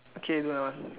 okay do another one